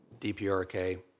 DPRK